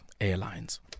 airlines